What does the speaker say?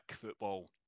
football